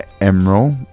emerald